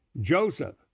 Joseph